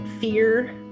fear